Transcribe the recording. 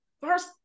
first